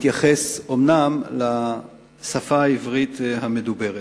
התייחס אומנם לשפה העברית המדוברת.